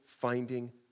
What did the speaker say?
finding